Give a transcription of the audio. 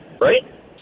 right